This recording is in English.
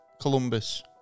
Columbus